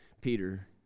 Peter